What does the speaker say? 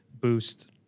Boost